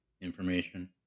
information